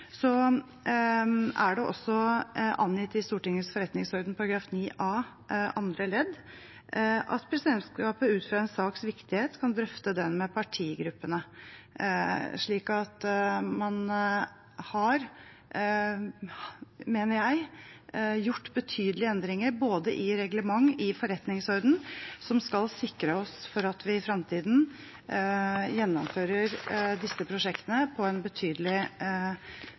er det også angitt i Stortingets forretningsorden § 9 a andre ledd at presidentskapet ut fra en saks viktighet kan drøfte den med partigruppene. Så jeg mener at man har gjort betydelige endringer som skal sikre at vi i fremtiden gjennomfører disse prosjektene på en betydelig